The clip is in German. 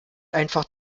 einfach